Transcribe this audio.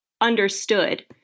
understood